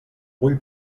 ull